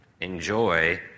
Enjoy